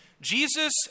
Jesus